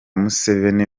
museveni